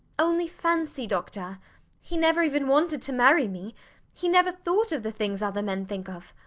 only fancy, doctor he never even wanted to marry me he never thought of the things other men think of!